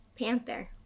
Panther